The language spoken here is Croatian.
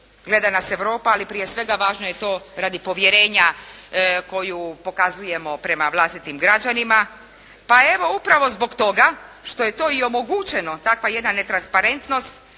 gleda nas Europa, ali prije svega važno je to radi povjerenja koju pokazujemo prema vlastitim građanima, pa evo upravo zbog toga što je to i omogućeno takva jedna netransparentnost